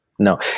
No